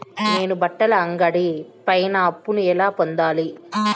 నేను బట్టల అంగడి పైన అప్పును ఎలా పొందాలి?